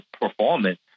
performance